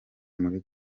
muri